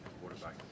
quarterback